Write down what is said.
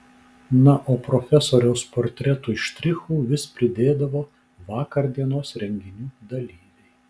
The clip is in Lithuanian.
na o profesoriaus portretui štrichų vis pridėdavo vakardienos renginių dalyviai